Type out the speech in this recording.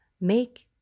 Make